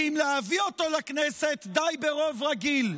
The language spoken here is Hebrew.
ואם להביא אותו לכנסת, די ברוב רגיל.